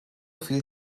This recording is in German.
viel